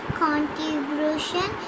contribution